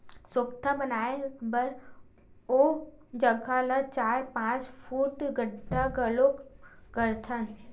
सोख्ता बनाए बर ओ जघा ल चार, पाँच फूट गड्ढ़ा घलोक करथन